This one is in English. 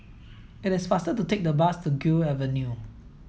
it is faster to take the bus to Gul Avenue